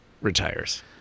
retires